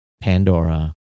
Pandora